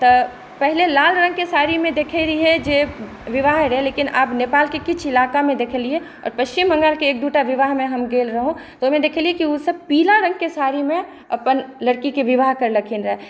तँ पहिने लाल रङ्गके साड़ीमे देखै रहिए जे बिआह होइ रहै लेकिन आब नेपालके किछु इलाकामे देखलिए आओर पच्छिम बङ्गालके एक दू टा विवाहमे हम गेल रहौँ तँ ओहिमे देखलिए जे ओसब पीला रङ्गके साड़ीमे अपन लड़कीके विवाह करलखिन रहै